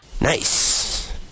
Nice